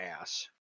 ass